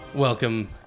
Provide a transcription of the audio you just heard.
Welcome